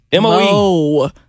mo